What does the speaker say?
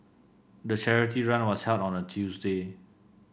the charity run was held on a Tuesday